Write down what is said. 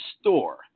store